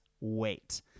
wait